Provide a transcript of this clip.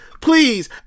please